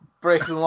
breaking